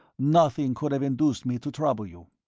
nothing could have induced me to trouble you.